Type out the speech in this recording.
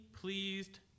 pleased